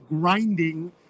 grinding